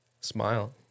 smile